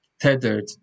tethered